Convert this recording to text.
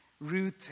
Ruth